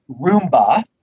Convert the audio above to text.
Roomba